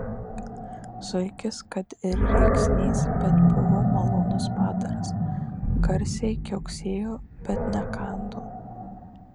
zuikis kad ir rėksnys bet buvo malonus padaras garsiai kiauksėjo bet nekando